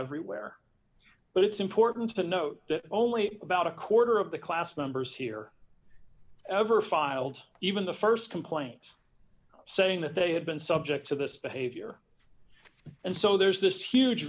everywhere but it's important to note that only about a quarter of the class members here ever filed even the st complaint saying that they had been subject to this behavior and so there's this huge